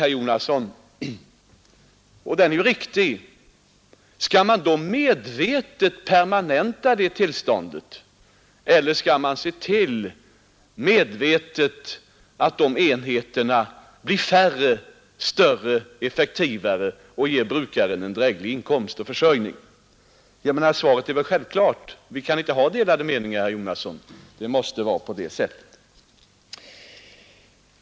herr Jonasson -- och den är ju riktig -— skall man då medvetet permanenta det tillstandet? Fler skall man medvetet se till att dessa enheter blir färre, större och effektivare och att de ger brukaren en dräglig inkomst? Svaret är väl »iälvklart Vi kan inte ha delade meningar, herr Jonasson. Det mäste vara på det sättet.